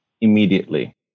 immediately